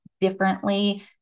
differently